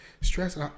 stress